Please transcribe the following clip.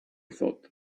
thought